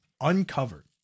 uncovered